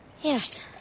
Yes